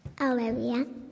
Olivia